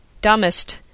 Dumbest